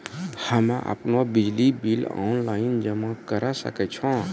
हम्मे आपनौ बिजली बिल ऑनलाइन जमा करै सकै छौ?